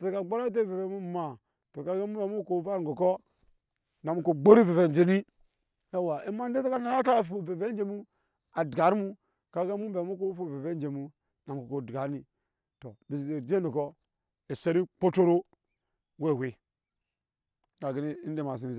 sa ka gbot antai ave-ve mu maa to ka gan emuna emu woo ko ofat enkɔkɔ.